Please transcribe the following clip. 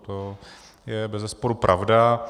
To je bezesporu pravda.